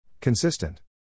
Consistent